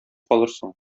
калырсың